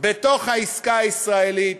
בתוך העסקה הישראלית